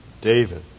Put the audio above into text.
David